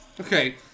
Okay